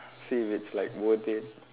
see if it's like worth it